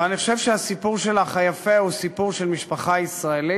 אבל אני חושב שהסיפור היפה שלך הוא סיפור של משפחה ישראלית